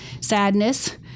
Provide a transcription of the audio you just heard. sadness